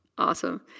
Awesome